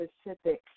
specific